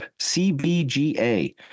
cbga